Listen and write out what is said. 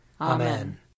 Amen